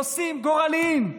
נושאים גורליים.